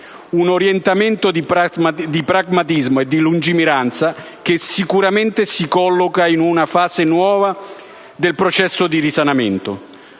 Un orientamento di pragmatismo e di lungimiranza che sicuramente si colloca in una fase nuova del processo di risanamento.